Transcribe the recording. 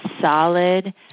solid